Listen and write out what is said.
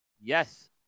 Yes